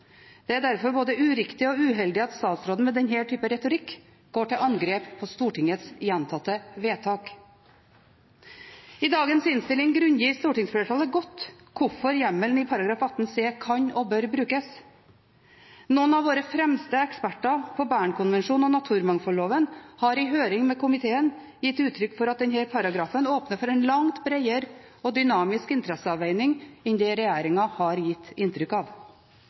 Det er derfor både uriktig og uheldig at statsråden med denne typen retorikk går til angrep på Stortingets gjentatte vedtak. I dagens innstilling grunngir stortingsflertallet godt hvorfor hjemmelen i § 18 c kan og bør brukes. Noen av våre fremste eksperter på Bern-konvensjonen og naturmangfoldloven har i høring med komiteen gitt uttrykk for at denne paragrafen åpner for en langt bredere og dynamisk interesseavveining enn det regjeringen har gitt inntrykk av.